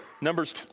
Numbers